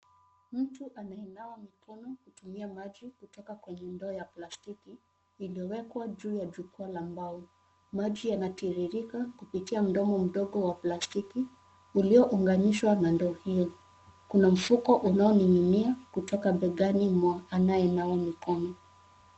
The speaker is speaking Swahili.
Mtu anayenawa mikono kutumia maji kutoka kwenye ndoo ya plastiki, iliyowekwa juu ya jukwaa la mbao. Maji yanatiririka kupitia mdomo mdogo wa plastiki uliounganishwa na ndoo hiyo. Kuna mfuko unaoning'inia kutoka begani kwa anayenawa mikono.